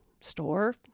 store